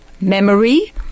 memory